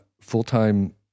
full-time